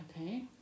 Okay